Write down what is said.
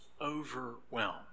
overwhelmed